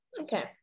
Okay